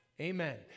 Amen